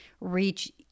reach